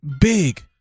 big